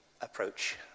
approach